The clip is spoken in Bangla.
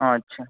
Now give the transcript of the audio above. আচ্ছা